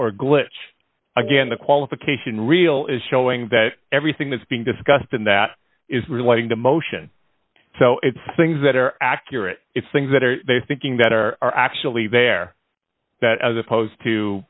or glitch again the qualification real is showing that everything that's being discussed in that is relating to motion so it's things that are accurate if things that are they thinking that are actually there that as opposed to